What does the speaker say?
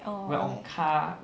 orh okay